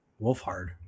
Wolfhard